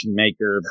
maker